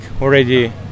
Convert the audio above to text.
already